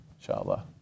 inshallah